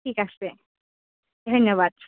ঠিক আছে ধন্যবাদ